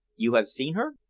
you have seen her?